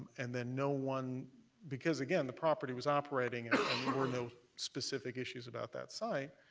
and then no one because, again, the property was operating and there were no specific issues about that site,